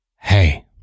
hey